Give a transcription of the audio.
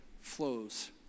flows